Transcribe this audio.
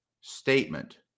statement